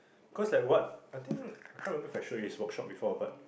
cause like what I think I can't remember if I show you his workshop before but